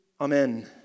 Amen